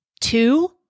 Two